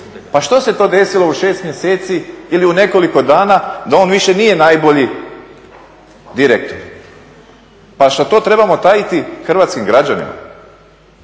Pa što se to desilo u šest mjeseci ili u nekoliko dana da on više nije najbolji direktor? Pa šta to trebamo tajiti hrvatskim građanima,